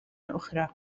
أخرى